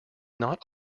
not